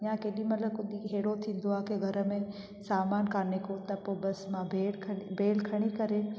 या केॾीमहिल कुझु अहिड़ो थींदो आहे की घर में सामान कोन्हे को त पोइ बसि मां बेल खणी बेल खणी करे